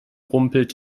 rumpelt